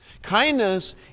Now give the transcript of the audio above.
kindness